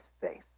face